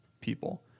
people